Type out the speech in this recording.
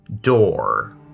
door